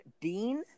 Dean